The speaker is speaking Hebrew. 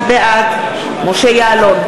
בעד משה יעלון,